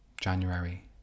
january